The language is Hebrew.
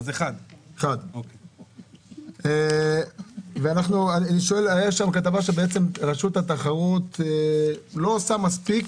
סעיף 1. הייתה שם כתבה שבעצם רשות התחרות לא עושה מספיק